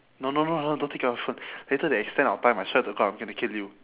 no no no don't don't take out your phone later they extend our time I swear to god I'm going to kill you